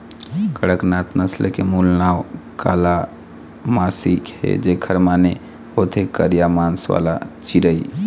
कड़कनाथ नसल के मूल नांव कालामासी हे, जेखर माने होथे करिया मांस वाला चिरई